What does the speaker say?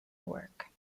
work